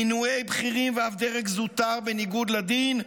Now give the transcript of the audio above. מינויי בכירים ואף דרג זוטר בניגוד לדין,